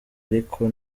ariko